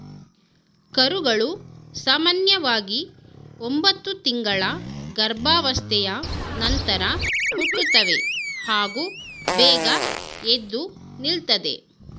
ಕರುಗಳು ಸಾಮನ್ಯವಾಗಿ ಒಂಬತ್ತು ತಿಂಗಳ ಗರ್ಭಾವಸ್ಥೆಯ ನಂತರ ಹುಟ್ಟುತ್ತವೆ ಹಾಗೂ ಬೇಗ ಎದ್ದು ನಿಲ್ತದೆ